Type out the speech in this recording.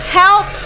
help